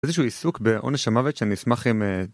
איזה שהוא עיסוק בעונש המוות שאני אשמח אם.